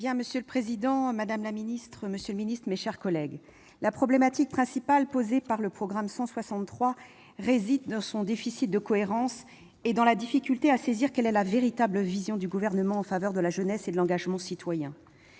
Monsieur le président, madame la ministre, monsieur le secrétaire d'État, mes chers collègues, la problématique principale posée par le programme 163, « Jeunesse et vie associative », réside dans son déficit de cohérence et dans la difficulté à saisir quelle est la véritable vision du Gouvernement en faveur de la jeunesse et de l'engagement citoyen.